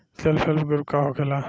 Self help group का होखेला?